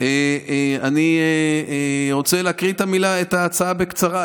אני רוצה להקריא את ההצעה בקצרה.